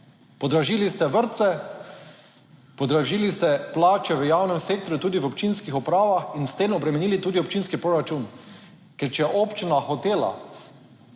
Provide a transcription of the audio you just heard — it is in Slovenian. Podražili ste vrtce, podražili ste plače v javnem sektorju, tudi v občinskih upravah in s tem obremenili tudi občinski proračun. Ker, če je občina hotela